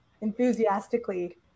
enthusiastically